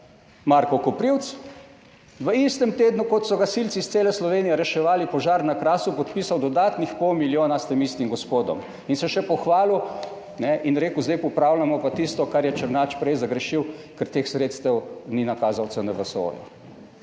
Marko Koprivc, v istem tednu, kot so gasilci iz cele Slovenije reševali požar na Krasu, podpisal dodatnih pol milijona s tem istim gospodom in se še pohvalil in rekel, zdaj popravljamo pa tisto, kar je Černač prej zagrešil, ker teh sredstev ni nakazal CNVSO,